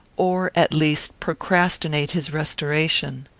or, at least, procrastinate his restoration.